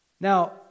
Now